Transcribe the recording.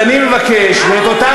ואני אומר להם: סליחה,